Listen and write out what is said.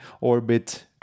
orbit